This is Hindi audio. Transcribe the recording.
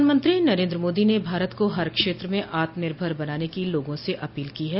प्रधानमंत्री नरेन्द्र मोदो ने भारत को हर क्षेत्र में आत्मनिर्भर बनाने की लोगों से अपील की है